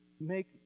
make